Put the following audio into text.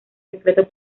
decreto